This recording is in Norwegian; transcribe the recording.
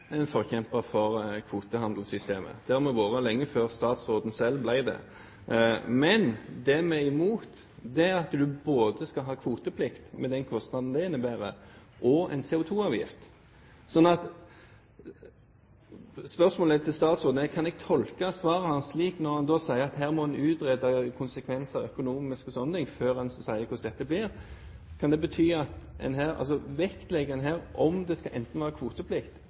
en forkjemper for kvotehandelssystemet. Det har vi vært lenge før statsråden selv ble det. Men det vi er imot, er at du skal ha både kvoteplikt, med den kostnaden det innebærer, og en CO2-avgift. Så spørsmålet til statsråden er: Kan jeg tolke svaret hans slik, når han sier at her må en utrede konsekvensene, økonomiske og andre, før han sier hvordan dette blir, at man her vektlegger at det enten skal være kvoteplikt eller CO2-avgift? Eller åpner statsråden for at det